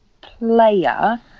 player